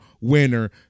winner